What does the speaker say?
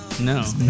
No